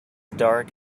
dark